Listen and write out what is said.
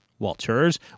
Walters